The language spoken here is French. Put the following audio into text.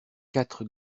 quatre